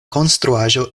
konstruaĵo